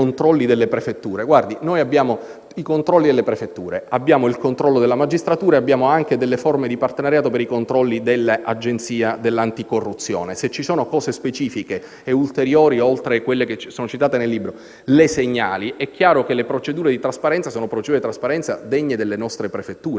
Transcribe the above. noi abbiamo i controlli delle prefetture, il controllo della magistratura e anche delle forme di partenariato per i controlli dell'Agenzia dell'anticorruzione. Se vi sono punti specifici e ulteriori oltre quelli citati nel libro, li segnali. È chiaro che le procedure di trasparenza sono degne delle nostre prefetture.